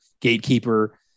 gatekeeper